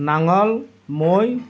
নাঙল মৈ